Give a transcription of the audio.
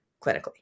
clinically